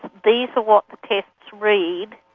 these are what the tests read.